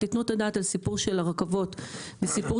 תנו את הדעת על הסיפור של הרכבות ויותר